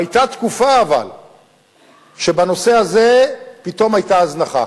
אבל היתה תקופה שבנושא הזה פתאום היתה הזנחה,